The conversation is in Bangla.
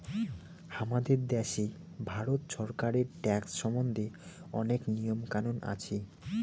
হামাদের দ্যাশে ভারত ছরকারের ট্যাক্স সম্বন্ধে অনেক নিয়ম কানুন আছি